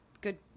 Good